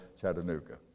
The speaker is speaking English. Chattanooga